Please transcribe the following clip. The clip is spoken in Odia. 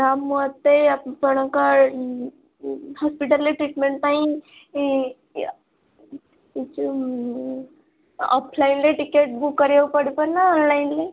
ଆଉ ମୋତେ ଆପଣଙ୍କ ହସ୍ପିଟାଲ୍ରେ ଟ୍ରିଟ୍ମେଣ୍ଟ ପାଇଁ ଏଇ ଯୋଉ ଅଫ୍ଲାଇନ୍ରେ ଟିକେଟ୍ ବୁକ୍ କରିବାକୁ ପଡ଼ିବ ନା ଅନ୍ଲାଇନ୍ରେ